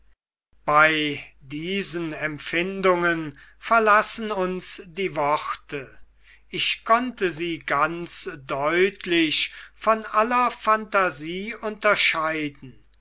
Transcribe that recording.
bei diesen empfindungen verlassen uns die worte ich konnte sie ganz deutlich von aller phantasie unterscheiden